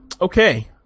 okay